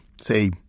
say